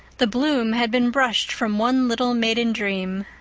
the bloom had been brushed from one little maiden dream.